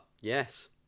yes